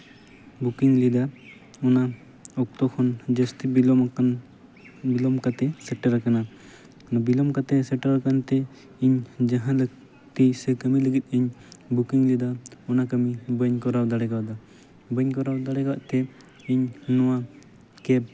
booking ᱞᱮᱫᱟ ᱚᱱᱟ ᱚᱠᱛᱚ ᱠᱷᱚᱱ ᱡᱟᱹᱥᱛᱤ ᱵᱤᱞᱚᱢᱚᱜ ᱠᱟᱱᱟ ᱵᱤᱞᱚᱢ ᱠᱟᱛᱮᱫ ᱥᱮᱴᱮᱨᱟᱠᱟᱱᱟ ᱵᱤᱞᱚᱢ ᱠᱟᱛᱮᱫ ᱥᱮᱴᱮᱨᱟᱠᱟᱱ ᱛᱮ ᱤᱧ ᱡᱟᱦᱟᱸ ᱛᱮ ᱥᱮ ᱠᱟᱹᱢᱤ ᱞᱟᱹᱜᱤᱫ ᱤᱧ ᱵᱩᱠᱤᱝ ᱞᱮᱫᱟ ᱚᱱᱟ ᱠᱟᱹᱢᱤ ᱵᱟᱹᱧ ᱠᱚᱨᱟᱣ ᱫᱟᱲᱮ ᱠᱟᱣᱫᱟ ᱵᱟᱹᱧ ᱠᱚᱨᱟᱣ ᱫᱟᱲᱮ ᱠᱟᱜᱛᱮ ᱤᱧ ᱱᱚᱣᱟ ᱠᱮᱵᱽ